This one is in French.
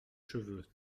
cheveux